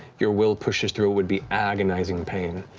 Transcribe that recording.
your will pushes through what would be agonizing pain,